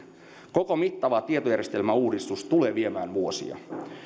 koko mittava tietojärjestelmäuudistus tulee viemään vuosia